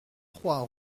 trois